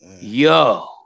yo